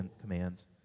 commands